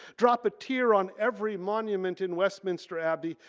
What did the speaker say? drop a tear on every monument in westminster abbey,